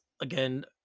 Again